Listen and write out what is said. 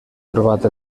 trobat